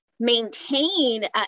maintain